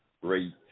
great